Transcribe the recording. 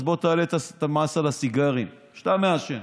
אז בוא תעלה את המס על הסיגרים שאתה מעשן,